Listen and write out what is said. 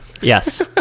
Yes